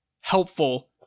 helpful